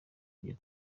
iyo